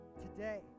Today